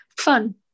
fun